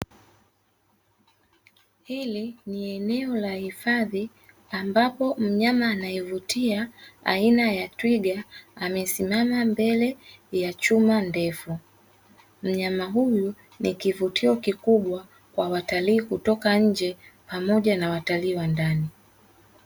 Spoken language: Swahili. Hili ni eneo la hifadhi ambapo mnyama anayevutia aina ya twiga amesimama mbele ya chuma ndefu, mnyama huyu ni kivutio kikubwa cha watalii kutoka nje pamoja na watalii wa ndani.